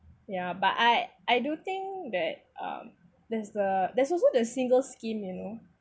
ya but I I do think that um there's a there's also the single scheme you know